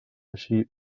així